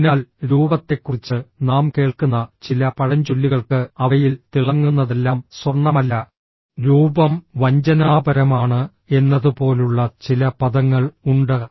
അതിനാൽ രൂപത്തെക്കുറിച്ച് നാം കേൾക്കുന്ന ചില പഴഞ്ചൊല്ലുകൾക്ക് അവയിൽ തിളങ്ങുന്നതെല്ലാം സ്വർണ്ണമല്ല രൂപം വഞ്ചനാപരമാണ് എന്നതുപോലുള്ള ചില പദങ്ങൾ ഉണ്ട്